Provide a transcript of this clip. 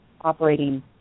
operating